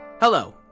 Hello